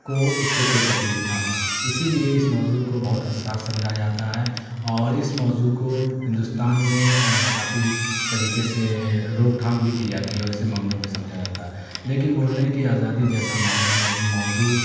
کو اس سے کوئی تکلیف نہ ہو اسی لیے اس موضوع کو بہت حساس سمجھا جاتا ہے اور اس موضوع کو ہندوستان میں کافی طریقے سے روک تھام بھی کی جاتی ہے اور اسے ممنوع بھی سمجھا جاتا ہے لیکن بولنے کہ آزادی جیسا موضوع